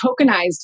tokenized